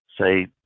say